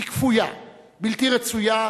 היא כפויה, בלתי רצויה ומיותרת?